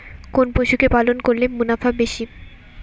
কোন পশু কে পালন করলে মুনাফা বেশি?